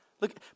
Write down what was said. Look